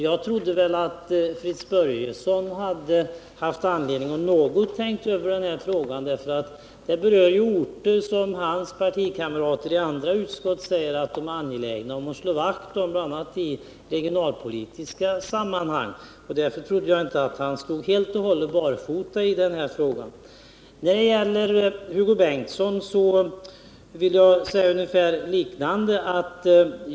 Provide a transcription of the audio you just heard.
Jag trodde att Fritz Börjesson hade haft anledning att något tänka över denna fråga, för den berör ju orter som hans partikamrater i andra utskott säger att de är angelägna att slå vakt om, bl.a. i regionalpolitiska sammanhang. Därför trodde jag inte att Fritz Börjesson stod helt och hållet barfota i denna fråga. Till Hugo Bengtsson vill jag säga ungefär samma sak.